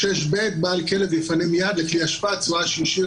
"בעל כלב יפנה מייד לכלי אשפה צואה שהשאיר